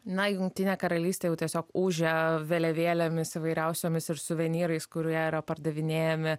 na jungtinė karalystė jau tiesiog ūžia vėliavėlėmis įvairiausiomis ir suvenyrais kurie yra pardavinėjami